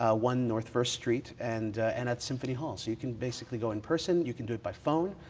ah one north first street, and and at symphony hall, so you can basically go in person, you can do it by phone,